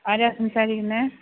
ആരാ സംസാരിക്കുന്നത്